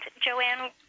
Joanne